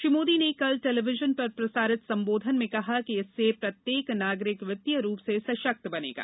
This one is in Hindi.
श्री मोदी ने कल टेलीविजन पर प्रसारित संबोधन में कहा कि इससे प्रत्येक नागरिक वित्तीय रूप से सशक्त बनेगा